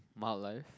my life